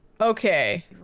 Okay